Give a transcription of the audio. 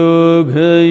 Yoga